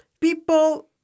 people